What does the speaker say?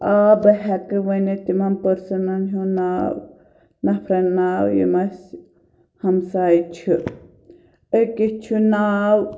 اۭں بہٕ ہیٚکہٕ ؤنِتھ تِمَن پٔرسَنن ہنٛد ناو نَفرَن ناو یِم اسہِ ہَمساے چھِ أکِس چھُ ناو